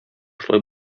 шулай